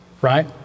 right